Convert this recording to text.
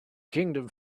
kingdom